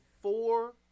four